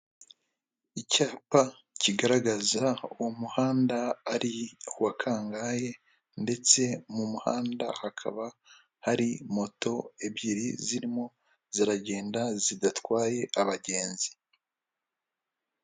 Icyapa kigaragaza uwo muhanda ari uwa kangahe, ndetse mu muhanda hakaba hari moto ebyiri zirimo ziragenda zidatwaye abagenzi.